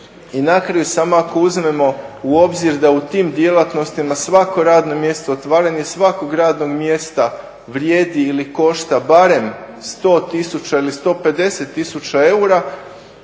I na kraju samo ako uzmemo u obzir da u tim djelatnostima svako radno mjesto, otvaranje svakog radnog mjesta vrijedi ili košta barem 100 000 ili 150 000 eura